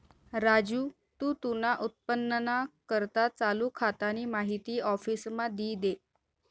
राजू तू तुना उत्पन्नना करता चालू खातानी माहिती आफिसमा दी दे